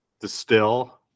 distill